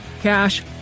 Cash